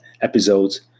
episodes